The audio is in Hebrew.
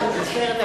אני מצטערת.